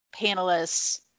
panelists